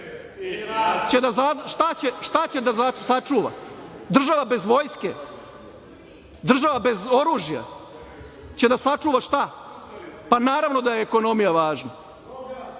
će da sačuva? Država bez vojske? Država bez oružja će da sačuva šta? Naravno da je ekonomija važna.